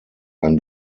ein